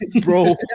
Bro